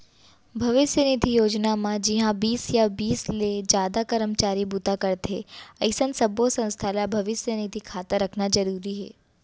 भविस्य निधि योजना म जिंहा बीस या बीस ले जादा करमचारी बूता करथे अइसन सब्बो संस्था ल भविस्य निधि खाता रखना जरूरी हे